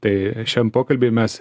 tai šiam pokalbiui mes